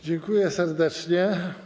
Dziękuję serdecznie.